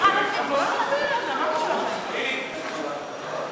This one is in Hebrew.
הודעת הממשלה בדבר איחוד המשרד לענייני מודיעין